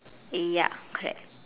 ya correct